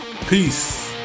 peace